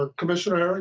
ah commissioner